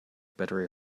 better